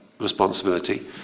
responsibility